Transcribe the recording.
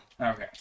Okay